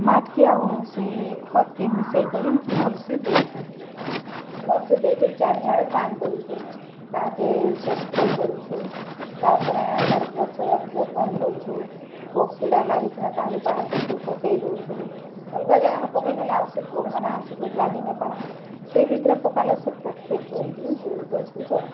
ମାଟ୍କେ ଆଉ ସେ ଖତ୍କେ ମିଶେଇକରି ଭଲ୍ସେ ଦେଇଛୁଁ ଭଲ୍ସେ ଦେଇକିରି ଚାରିଆଡ଼େ ପାଏନ୍ ଦେଉଛୁଁ ତାହାକେ କରିଛୁଁ ତାର୍ ପରେ ତାର୍ ଗଛର୍ ଯତନ୍ ନେଇଛୁଁ ପୋକ୍ କୀଡ଼ା ଲାଗିଥିବା ତାହାକେ ବାହାର୍ କରିକରି ପକେଇ ଦେଉଛୁଁ ଅଲ୍ଗା ଜାଗାନ ପକେଇନେଲେ ଆଉ ସେ ପୋକମାନେ ଆସିକରି ଲାଗି ନାଇଁପାରନ୍ ସେ ଭିତରେ ପକାଲେ ସେ ପୋକ୍ ଫେର୍ ଚଢ଼ିକରି ସେ ଗଛକେ ଚଢ଼ବା